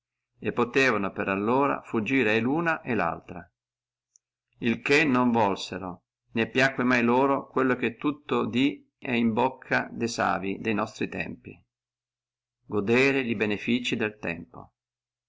e potevano per allora fuggire luna e laltra il che non vollono né piacque mai loro quello che tutto dí è in bocca de sav de nostri tempi di godere el benefizio del tempo